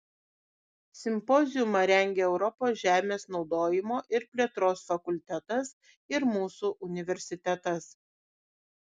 simpoziumą rengė europos žemės naudojimo ir plėtros fakultetas ir mūsų universitetas